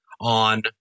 on